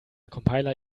compiler